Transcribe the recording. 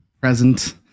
present